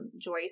Joyce